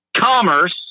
commerce